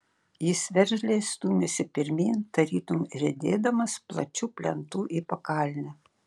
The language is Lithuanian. jis veržliai stūmėsi pirmyn tarytum riedėdamas plačiu plentu į pakalnę